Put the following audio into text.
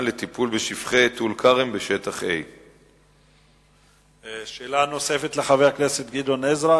לטיפול בשופכי טול-כרם בשטח A. שאלה נוספת לחבר הכנסת גדעון עזרא?